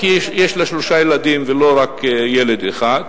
כי יש לה שלושה ילדים ולא רק ילד אחד,